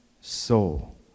soul